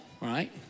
right